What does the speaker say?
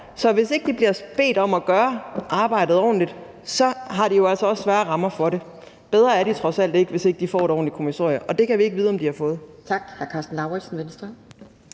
Så hvis ikke de bliver bedt om at gøre arbejdet ordentligt, har de jo altså også svære rammer for det. Bedre er de trods alt ikke, hvis ikke de får et ordentligt kommissorium. Og det kan vi ikke vide om de har fået.